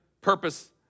purpose